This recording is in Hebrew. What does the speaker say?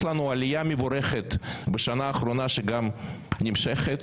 האחרונה יש לנו עלייה מבורכת והיא נמשכת